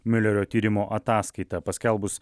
miulerio tyrimo ataskaita paskelbus